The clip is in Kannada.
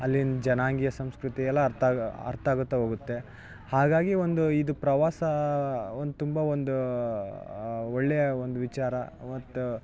ಅಲ್ಲಿನ ಜನಾಂಗೀಯ ಸಂಸ್ಕೃತಿ ಎಲ್ಲ ಅರ್ಥಾಗ್ ಅರ್ಥಾಗುತ್ತ ಹೋಗುತ್ತೆ ಹಾಗಾಗಿ ಒಂದು ಇದು ಪ್ರವಾಸ ಒಂದು ತುಂಬ ಒಂದು ಒಳ್ಳೆಯ ಒಂದು ವಿಚಾರ ಮತ್ತು